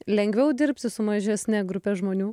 lengviau dirbti su mažesne grupe žmonių